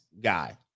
guy